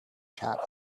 chat